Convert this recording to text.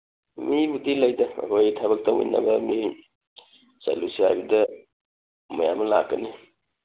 ꯃꯤꯕꯨꯗꯤ ꯂꯩꯗ ꯑꯩꯈꯣꯏ ꯊꯕꯛ ꯇꯧꯃꯤꯟꯅꯕ ꯃꯤ ꯆꯠꯂꯨꯁꯤ ꯍꯥꯏꯕꯗ ꯃꯌꯥꯝ ꯂꯥꯛꯀꯅꯤ